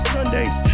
Sundays